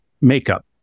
makeup